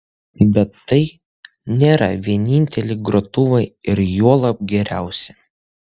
bet tai nėra vieninteliai grotuvai ir juolab geriausi